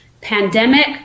Pandemic